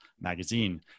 magazine